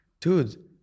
dude